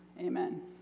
Amen